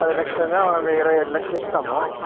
పదిలక్షలు ద మళ్ళీ ఇరవై ఐదు లక్షలు ఇస్తాము